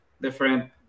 different